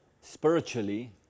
spiritually